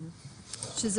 שזה